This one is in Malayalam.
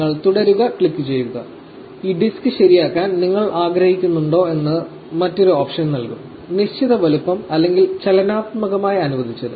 നിങ്ങൾ 'തുടരുക' ക്ലിക്കുചെയ്യുക ഈ ഡിസ്ക് ശരിയാക്കാൻ നിങ്ങൾ ആഗ്രഹിക്കുന്നുണ്ടോ എന്നത് മറ്റൊരു ഓപ്ഷൻ നൽകും നിശ്ചിത വലുപ്പം അല്ലെങ്കിൽ ചലനാത്മകമായി അനുവദിച്ചത്